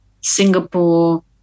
Singapore